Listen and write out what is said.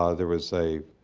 ah there was a